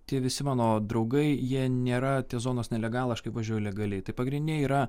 tie visi mano draugai jie nėra tie zonos nelegalai aš kai važiuoju legaliai tai pagrindiniai yra